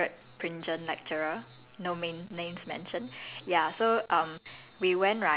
ya so that time uh we went on a overseas trip with my favourite lecturer